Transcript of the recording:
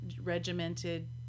regimented